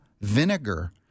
vinegar